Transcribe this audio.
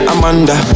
Amanda